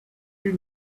you